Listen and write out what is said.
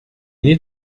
need